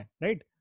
right